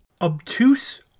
Obtuse